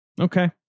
Okay